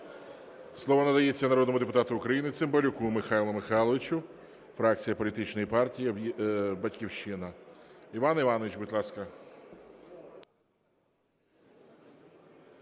Слово надається народному депутату України Цимбалюку Михайлу Михайловичу, фракція політичної партії "Батьківщина". Іван Іванович, будь ласка.